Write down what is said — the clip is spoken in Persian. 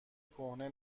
کهنه